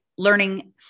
learning